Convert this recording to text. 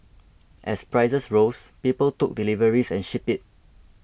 as prices rose people took deliveries and shipped it